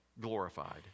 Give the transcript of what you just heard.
glorified